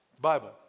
Bible